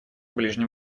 ближнем